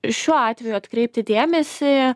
šiuo atveju atkreipti dėmesį